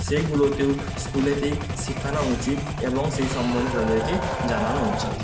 সেইগুলোতেও স্কুলেতেই শিখানো উচিত এবং সেই সমন্ধে তাদেরকে জানানো উচিত